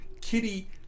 kitty